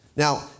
Now